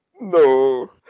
no